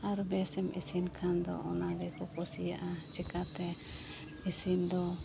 ᱟᱨ ᱵᱮᱥᱮᱢ ᱤᱥᱤᱱ ᱠᱷᱟᱱ ᱫᱚ ᱚᱱᱟ ᱜᱮᱠᱚ ᱠᱩᱥᱤᱭᱟᱜᱼᱟ ᱪᱮᱠᱟᱛᱮ ᱤᱥᱤᱱ ᱫᱚ